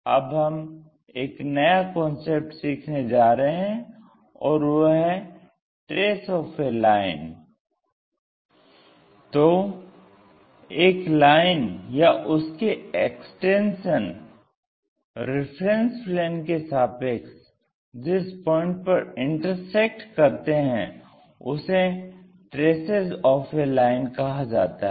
अब हम एक नया कांसेप्ट सीखने जा रहे हैं और वो है ट्रेस ऑफ़ ए लाइन तो एक लाइन या उसके एक्सटेंशन रिफरेन्स प्लेन के सापेक्ष जिस पॉइंट पर इंटरसेक्ट करते हैं उसे ट्रेसेस ऑफ़ ए लाइन कहा जाता है